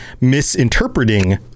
misinterpreting